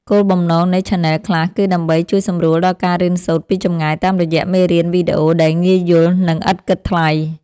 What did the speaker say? គោលបំណងនៃឆានែលខ្លះគឺដើម្បីជួយសម្រួលដល់ការរៀនសូត្រពីចម្ងាយតាមរយៈមេរៀនវីដេអូដែលងាយយល់ និងឥតគិតថ្លៃ។